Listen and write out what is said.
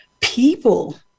people